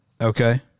okay